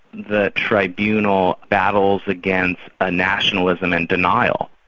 the tribunal battles against a nationalism in denial,